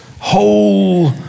whole